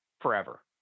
forever